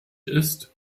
ist